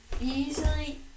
Usually